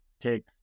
take